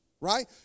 right